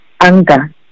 anger